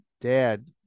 dad